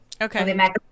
Okay